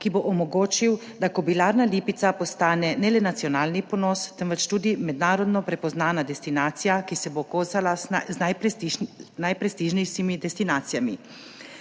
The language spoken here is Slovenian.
ki bo omogočil, da Kobilarna Lipica postane ne le nacionalni ponos, temveč tudi mednarodno prepoznavna destinacija, ki se bo kosala z najprestižnejšimi destinacijami.